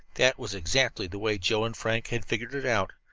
that was exactly the way joe and frank had figured it out,